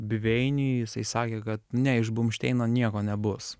biveiniui jisai sakė kad ne iš bumšteino nieko nebus